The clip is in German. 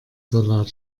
salat